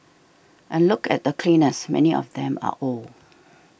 and look at the cleaners many of them are old